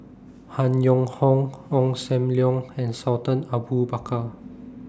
Han Yong Hong Ong SAM Leong and Sultan Abu Bakar